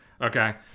okay